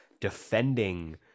defending